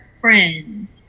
friends